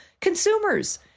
consumers